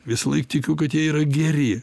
visąlaik tikiu kad jie yra geri